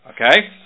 okay